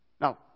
Now